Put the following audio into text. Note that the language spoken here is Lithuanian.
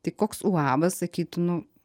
tai koks uabas sakytų nu